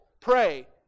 pray